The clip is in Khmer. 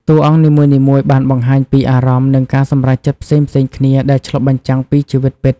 តួអង្គនីមួយៗបានបង្ហាញពីអារម្មណ៍ និងការសម្រេចចិត្តផ្សេងៗគ្នា ដែលឆ្លុះបញ្ចាំងពីជីវិតពិត។